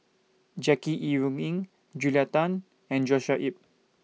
Jackie Yi Ru Ying Julia Tan and Joshua Ip